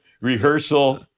Rehearsal